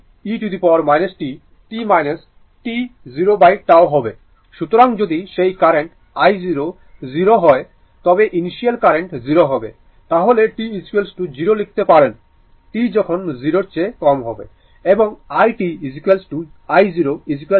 সুতরাং যদি সেই কারেন্ট i0 0 হয় তবে ইনিশিয়াল কারেন্ট 0 হবে তাহলে t 0 লিখতে পারেন t যখন 0 এর চেয়ে কম হবে